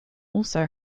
also